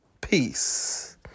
peace